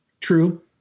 True